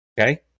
Okay